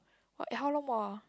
uh how long more ah